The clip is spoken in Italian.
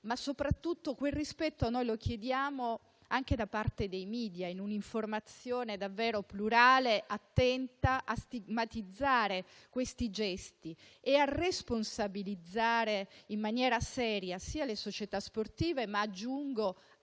Ma quel rispetto noi lo chiediamo anche da parte dei *media*, perché l'informazione sia davvero plurale, attenta a stigmatizzare certi gesti e a responsabilizzare in maniera seria sia le società sportive, sia gli